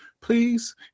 please